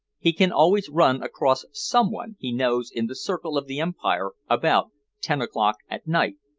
he can always run across someone he knows in the circle of the empire about ten o'clock at night.